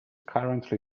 currently